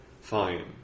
Fine